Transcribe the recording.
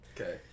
Okay